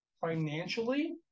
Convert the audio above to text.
financially